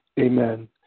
Amen